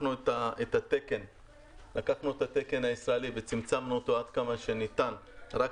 לקחנו את התקן הישראלי וצמצמנו אותו עד כמה שניתן רק